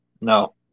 No